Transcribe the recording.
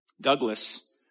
Douglas